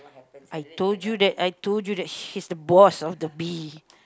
I told you that I told you that he's the boss of the bee